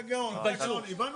אתה גאון, הבנו.